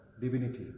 divinity